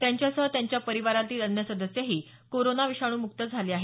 त्यांच्यासह त्यांच्या परिवारातील अन्य सदस्यही कोरोना विषाणू मुक्त झाले आहेत